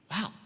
wow